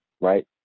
right